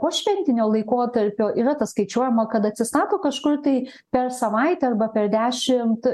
po šventinio laikotarpio yra tas skaičiuojama kad atsisako kažkur tai per savaitę arba per dešimt